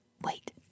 Wait